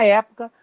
época